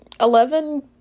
Eleven